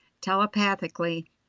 telepathically